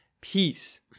peace